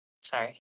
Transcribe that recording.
sorry